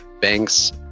banks